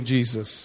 Jesus